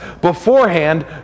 beforehand